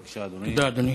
בבקשה, אדוני.